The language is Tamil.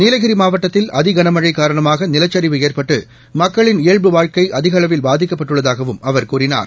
நீலகிரிமாவட்டத்தில் அதிகளமழைகாரணமாக நிலச்சரிவு ஏற்பட்டுமக்களின் இயல்பு வாழ்க்கைஅதிகஅளவில் பாதிக்கப்பட்டுள்ளதாகவும் அவர் கூறினார்